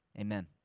Amen